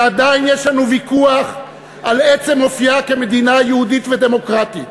שעדיין יש לנו ויכוח על עצם אופייה כמדינה יהודית ודמוקרטית.